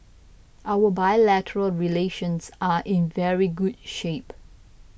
our bilateral relations are in very good shape